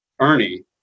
Ernie